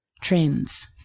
trends